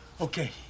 Okay